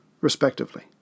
respectively